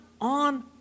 on